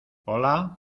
hola